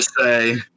say